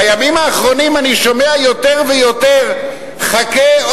בימים האחרונים אני שומע יותר ויותר: חכה,